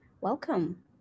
Welcome